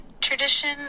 tradition